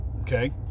Okay